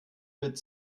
mit